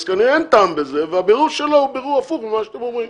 אז כנראה שאין טעם בזה והבירור שלו הוא בירור הפוך ממה שאתם אומרים.